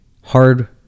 hard